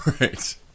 Right